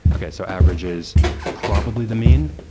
okay. so average is probably the main,